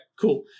cool